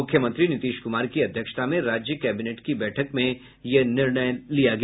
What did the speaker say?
मुख्यमंत्री नीतीश कुमार की अध्यक्षता में राज्य कैबिनेट की बैठक में यह निर्णय लिया गया